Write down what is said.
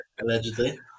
Allegedly